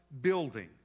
building